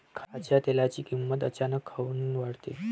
खाच्या तेलाची किमत अचानक काऊन वाढते?